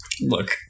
Look